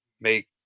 make